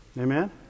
Amen